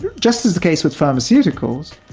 just as the case with pharmaceuticals,